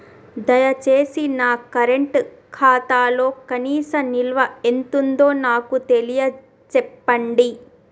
దయచేసి నా కరెంట్ ఖాతాలో కనీస నిల్వ ఎంతుందో నాకు తెలియచెప్పండి